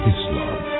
Islam